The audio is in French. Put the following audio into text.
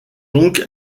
donc